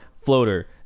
floater